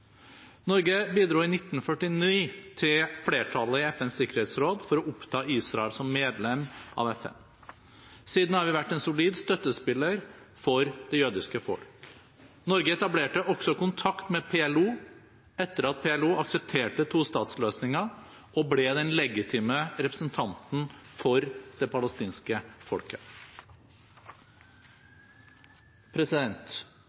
Norge bidro i 1949 til flertallet i FNs sikkerhetsråd for å oppta Israel som medlem av FN. Siden har vi vært en solid støttespiller for det jødiske folk. Norge etablerte også kontakt med PLO etter at PLO aksepterte tostatsløsningen og ble den legitime representanten for det palestinske folket.